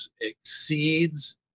exceeds